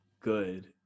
good